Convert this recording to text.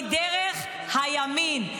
-- היא דרך הימין.